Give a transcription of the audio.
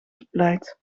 gepleit